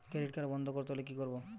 Credit card বন্ধ করতে হলে কি করব?